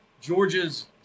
Georgia's